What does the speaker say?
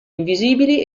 invisibili